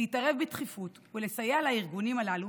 להתערב בדחיפות ולסייע לארגונים הללו